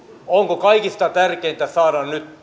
onko kaikista tärkeintä saada nyt